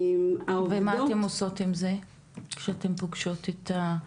ומה אתן עושות עם זה שאתן פוגשות את זה,